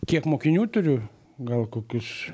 kiek mokinių turiu gal kokius